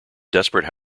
desperate